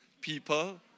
people